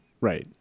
Right